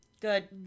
good